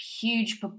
huge